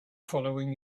following